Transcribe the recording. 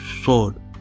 sword